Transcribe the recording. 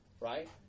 Right